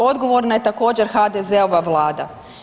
Odgovorna je također HDZ-ova Vlada.